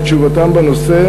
את תשובתם בנושא.